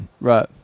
Right